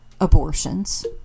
abortions